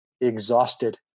exhausted